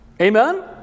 Amen